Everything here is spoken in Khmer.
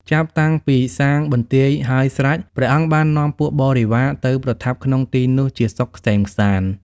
ចាប់តាំងពីសាងបន្ទាយហើយស្រេច ព្រះអង្គបាននាំពួកបរិវារទៅប្រថាប់ក្នុងទីនោះជាសុខក្សេមក្សាន្ត ។